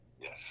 Yes